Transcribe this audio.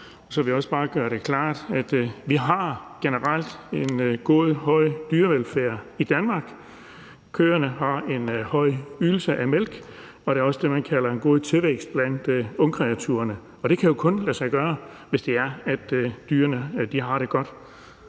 at vi generelt har en god, høj dyrevelfærd i Danmark. Køerne har en høj mælkeydelse, og der er også det, man kalder en god tilvækst blandt ungkreaturerne, og det kan jo kun lade sig gøre, hvis det er, at dyrene har det godt.